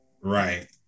right